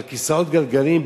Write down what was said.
על כיסאות גלגלים,